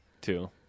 Two